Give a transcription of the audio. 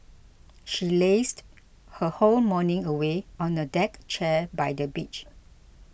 she lazed her whole morning away on a deck chair by the beach